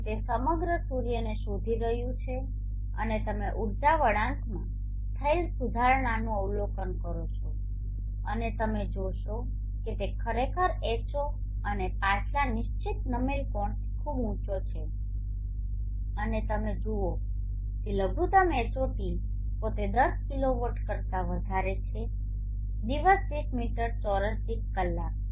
તેથી તે સમગ્ર સૂર્યને શોધી રહ્યું છે અને તમે ઉર્જા વળાંકમાં થયેલા સુધારણાનુ અવલોકન કરો છો અને તમે જોશો કે તે ખરેખર H0 અને પાછલા નિશ્ચિત નમેલા કોણથી ખૂબ ઉંચો છે અને તમે જુઓ છો કે લઘુત્તમ Hot પોતે 10 કિલોવોટ કરતા વધારે છે દિવસ દીઠ મીટર ચોરસ દીઠ કલાક